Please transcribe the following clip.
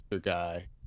guy